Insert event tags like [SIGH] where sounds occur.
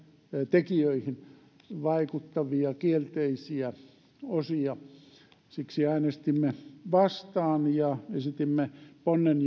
tekijöihin vaikuttavia kielteisiä osia siksi äänestimme vastaan ja esitimme ponnen [UNINTELLIGIBLE]